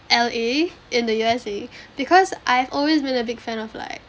L_A in the U_S_A because I have always been a big fan of like